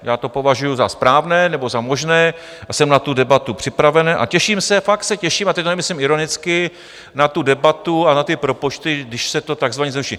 Já to považuju za správné nebo za možné, jsem na tu debatu připravený a těším se, fakt se těším a teď to nemyslím ironicky na tu debatu a na ty propočty, když se to takzvaně zvýší.